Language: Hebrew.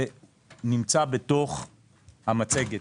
זה נמצא בתוך המצגת.